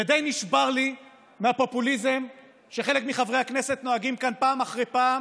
ודי נשבר לי מהפופוליזם שחלק מחברי הכנסת נוהגים כאן פעם אחרי פעם